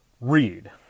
read